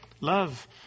Love